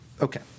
Okay